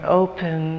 open